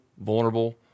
vulnerable